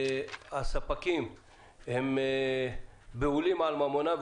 הספקים הם בהולים על ממונם,